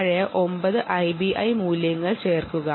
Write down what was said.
പഴയ 9 ഐബിഐ മൂല്യങ്ങൾ ചേർക്കുക